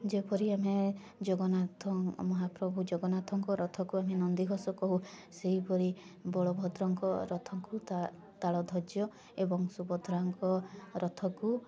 ଯେପରି ଆମେ ଜଗନ୍ନାଥ ମହାପ୍ରଭୁ ଜଗନ୍ନାଥଙ୍କ ରଥକୁ ଆମେ ନନ୍ଦିଘୋଷ କହୁ ସେହିଭଳି ବଳଭଦ୍ରଙ୍କ ରଥକୁ ତା' ତାଳଧ୍ୱଜ ଏବଂ ସୁଭଦ୍ରାଙ୍କ ରଥକୁ